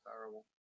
Terrible